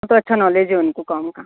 हाँ तो अच्छा नॉलेज है उनको काम का